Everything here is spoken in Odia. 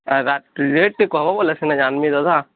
ଆର୍ ରେଟ୍ ଟିକେ କହ ବୋଲେ ସିନା ଜାଣିବି ଦାଦା